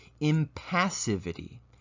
impassivity